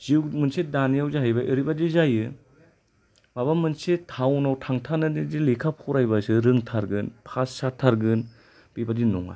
जिउ मोनसे दानायाव जाहैबाय ओरैबादि जायो माबा मोनसे टाउनाव थांथारनानैदि लेखा फरायबासो रोंथारगोन पास जाथारगोन बेबादि नङा